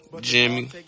Jimmy